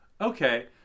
Okay